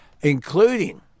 including